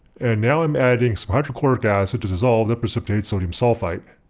and now i'm adding some hydrochloric acid to dissolve the precipitated sodium sulfite.